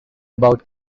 about